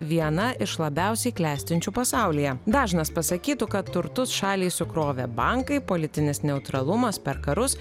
viena iš labiausiai klestinčių pasaulyje dažnas pasakytų kad turtus šaliai sukrovė bankai politinis neutralumas per karus